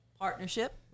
partnership